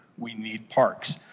we need parks.